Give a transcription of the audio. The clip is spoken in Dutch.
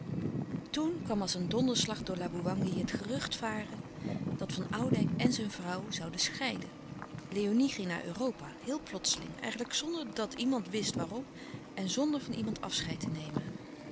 toen kwam als een donderslag door laboewangi het gerucht varen dat van oudijck en zijn vrouw zouden scheiden léonie ging naar louis couperus de stille kracht europa heel plotseling eigenlijk zonderdat iemand wist waarom en zonder van iemand afscheid te nemen